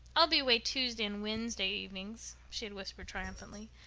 i'll be away tuesday and wednesday evenings, she had whispered triumphantly.